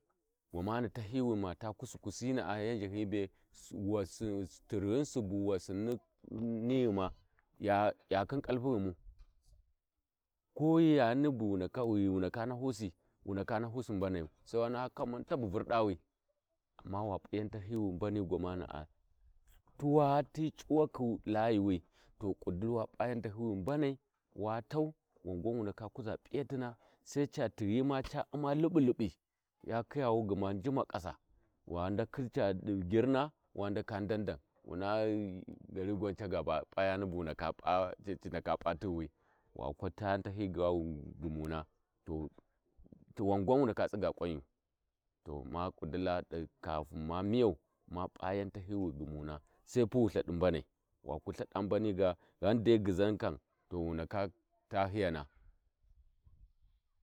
﻿Gwamani tahiyi wi ma taa kuskusi na’a yau Zhahiyi be tirghun Subu wasiuna tirghum Subu wasinni nighum ya khin ƙalpughuwu ko yani ghi wu ndaka nahusi wu ndaka nahusi mbanayu Sai wa naha kaman tabu vurdawi amma wa p’u yau tahiyi wi mbani gwamana’a tawa ti c’u wakhi Layuwi to ƙudili wa p'a yau tahiy’ wi mbanai wa tan wangwan wu ndaka kuza p’iyatina Sai Ca tighi ma Ca umma libilibi ya Khiyawu gma nijiƙasa wa dakhi cadi girna wa ndaka ndandan wuna uuu gari gwan Caga p’a yani bu ci ndaka p’a tighuwi wa kwa ta wa kwa ta wa kwa taa tahiyi gwan wighumuna wan gwan wu ndaka tsiga kwayu ma ƙudila kafin ma miyau ma p’a yau tahiyi wu ghumuna sai pu wu Ithadi mbanai waku lthada mbani ga, ghandai ghizau kam wu ndaka taa hiyana